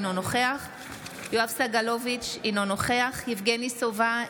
אינו נוכח יואב סגלוביץ' אינו נוכח יבגני סובה,